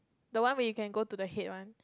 the one where you can go to the head one